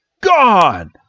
gone